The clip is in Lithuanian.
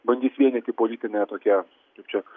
bandys vienyti politinę tokią kaip čia